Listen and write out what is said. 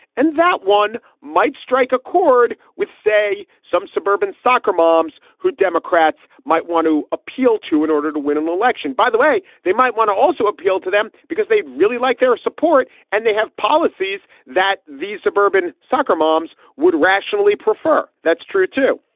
and that one might strike a chord with, say, some suburban soccer moms who democrats might want to appeal to in order to win an election, by the way. they might want to also appeal to them because they really like their support and they have policies that these suburban soccer moms would rationally prefer. that's true, too.